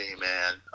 man